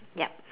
yup